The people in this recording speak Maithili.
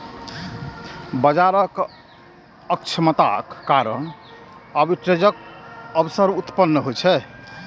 बाजारक अक्षमताक कारण आर्बिट्रेजक अवसर उत्पन्न होइ छै